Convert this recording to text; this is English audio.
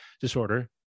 disorder